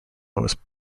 was